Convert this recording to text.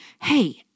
Hey